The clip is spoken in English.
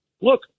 look